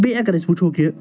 بیٚیہِ اگر أسۍ وٕچھو کہِ